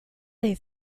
they